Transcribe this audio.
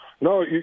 No